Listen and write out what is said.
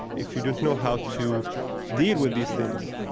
if you don't know how to deal with these things.